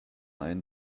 einen